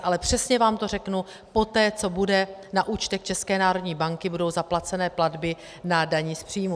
Ale přesně vám to řeknu poté, co na účtech České národní banky budou zaplaceny platby na dani z příjmů.